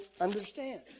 understand